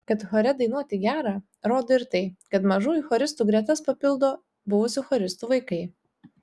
kad chore dainuoti gera rodo ir tai kad mažųjų choristų gretas papildo buvusių choristų vaikai